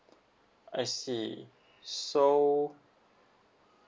I see so